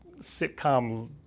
sitcom